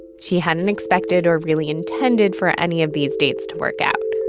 she hadn't expected or really intended for any of these dates to work out.